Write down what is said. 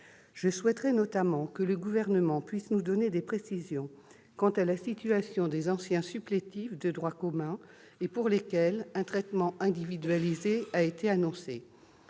Je souhaiterais notamment que le Gouvernement puisse nous donner des précisions quant à la situation des anciens supplétifs de droit commun et pour lesquels un traitement individualisé a été annoncé.